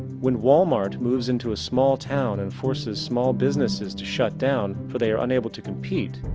when walmart moves into a small town and forces small businesses to shut down for they are unable to compete,